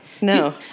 no